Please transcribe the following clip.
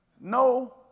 No